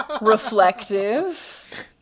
reflective